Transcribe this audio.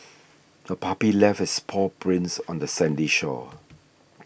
the puppy left its paw prints on the sandy shore